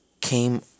Came